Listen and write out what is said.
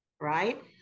right